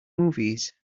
movies